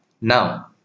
Now